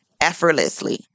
effortlessly